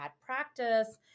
practice